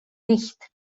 nicht